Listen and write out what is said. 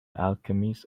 alchemist